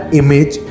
image